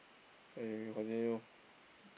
eh we continue